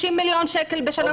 50 מיליון שקלים בשנה,